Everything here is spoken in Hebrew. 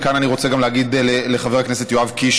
וכאן אני רוצה להגיד לחבר הכנסת יואב קיש